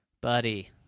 Buddy